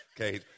Okay